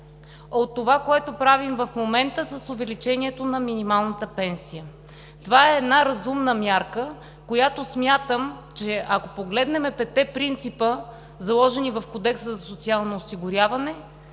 от това, което правим в момента с увеличението на минималната пенсия. Това е една разумна мярка, която смятам, че ако погледнем петте принципа, заложени в Кодекса за социално осигуряване,